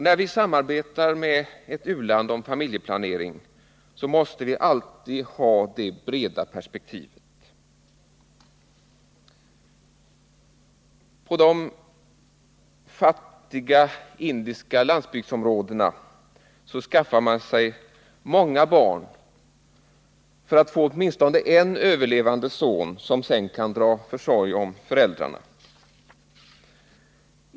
När vi samarbetar med ett u-land om familjeplanering måste vi alltid ha det breda perspektivet. I de fattiga indiska landsbygdsområdena skaffar man sig många barn för att få åtminstone en överlevande son, som sedan kan dra försorg om föräldrarna.